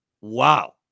Wow